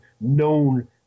known